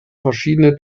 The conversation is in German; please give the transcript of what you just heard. verschiedene